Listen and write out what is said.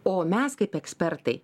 o mes kaip ekspertai